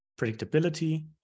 predictability